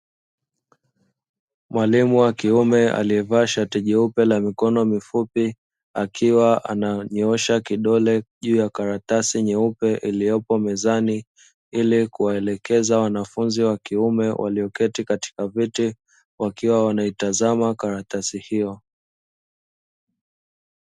Mwalimu wa kiume aliyevaa shati jeupe la mikono mifupi, akiwa ananyooosha kidole juu ya karatasi nyeupe iliyopo mezani, ili kuwaelekeza wanafunzi wakiume walioketi katika viti wakiwa wanaitazama karatasi hiyo.